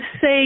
say